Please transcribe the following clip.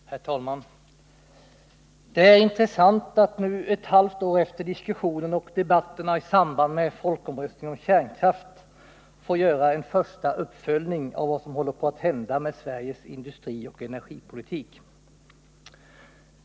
Herr talman! Det är intressant att nu, ett halvt år efter diskussionerna och debatterna i samband med folkomröstningen om kärnkraft, få göra en första uppföljning av vad som håller på att hända med Sveriges industrioch energipolitik.